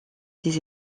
des